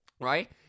right